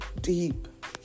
deep